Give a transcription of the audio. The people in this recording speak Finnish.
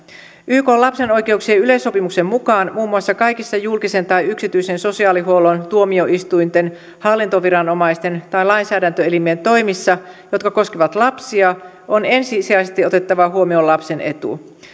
ykn lapsen oikeuksien yleissopimuksen mukaan muun muassa kaikissa julkisen tai yksityisen sosiaalihuollon tuomioistuinten hallintoviranomaisten tai lainsäädäntöelimien toimissa jotka koskevat lapsia on ensisijaisesti otettava huomioon lapsen etu